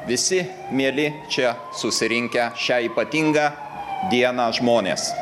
visi mieli čia susirinkę šią ypatingą dieną žmonės